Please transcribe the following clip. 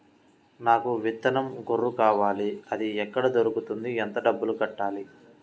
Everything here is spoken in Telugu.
నాకు విత్తనం గొర్రు కావాలి? అది ఎక్కడ దొరుకుతుంది? ఎంత డబ్బులు కట్టాలి?